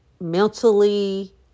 mentally